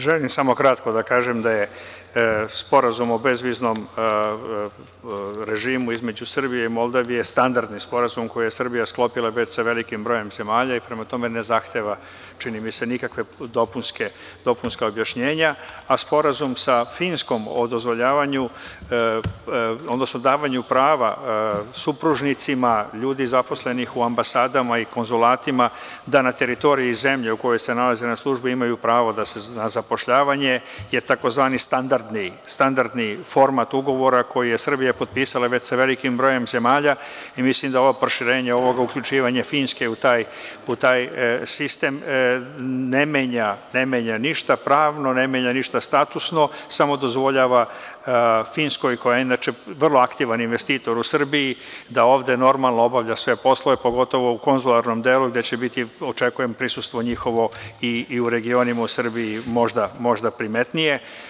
Želim samo kratko da kažem da je Sporazum o bezviznom režimu između Srbije i Moldavije standardni sporazum koji je Srbija sklopila sa velikim brojem zemalja i prema tome ne zahteva, čini mi se, nikakva dopunska objašnjenja, a Sporazum sa Finskom o dozvoljavanju, odnosno davanju prava supružnicima, ljudi zaposlenih u ambasadama i konzulatima da na teritoriji zemlje u kojoj se nalaze na službi imaju pravo na zapošljavanje, i to je tzv. standardni format ugovora koji je Srbija potpisala sa velikim brojem zemalja i mislim da proširenje i uključivanje Finske u taj sistem ne menja ništa pravno, ne menja ništa statusno, već samo dozvoljava Finskoj, koja je inače vrlo aktivan investitor u Srbiji, da ovde normalno obavlja sve poslove, pogotovo u konzularnom delu gde će njihovo prisustvo u regionima i u Srbiji biti primetnije.